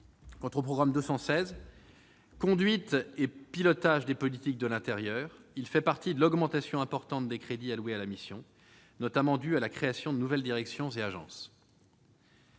Quant au programme 216, « Conduite et pilotage des politiques de l'intérieur », il bénéficie de l'augmentation importante des crédits alloués à la mission, notamment en raison de la création de nouvelles directions et agence.